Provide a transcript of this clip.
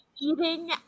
eating